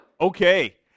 Okay